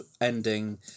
ending